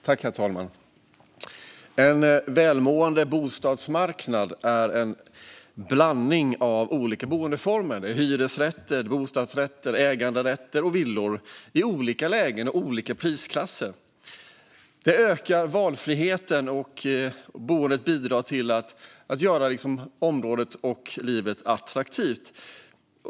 Herr talman! En välmående bostadsmarknad är en blandning av olika boendeformer: hyresrätter, bostadsrätter, ägarlägenheter och villor i olika lägen och prisklasser. Det ökar valfriheten i boendet och bidrar till att göra området och livet där attraktivt.